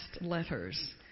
letters